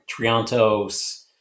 Triantos